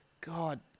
God